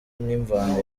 n’imvano